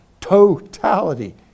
totality